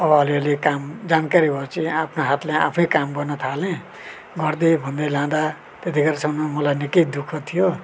अब अलिअलि काम जानकारी भए पछि आफ्नु हातले आफै काम गर्न थालेँ गर्दै भन्दै लाँदा त्यतिखेरसम्म मलाई निकै दु ख थियो